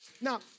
Now